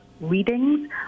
readings